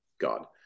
God